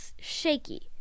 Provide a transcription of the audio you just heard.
shaky